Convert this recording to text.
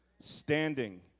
standing